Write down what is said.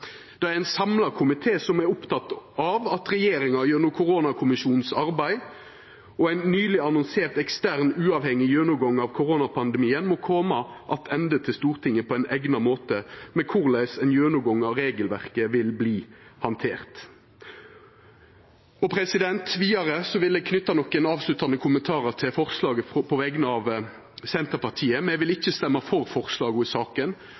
Det er ein samla komité som er oppteken av at regjeringa gjennom Koronakommisjonens arbeid og ein nyleg annonsert ekstern uavhengig gjennomgang av koronapandemien må koma attende til Stortinget på eigna måte med korleis ein gjennomgang av regelverket vil verta handtert. Vidare vil eg knyta nokre avsluttande kommentarar til forslaget på vegner av Senterpartiet. Me vil ikkje stemma for forslaga i saka,